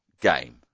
game